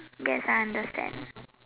yes I understand